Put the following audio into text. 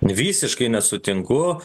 visiškai nesutinku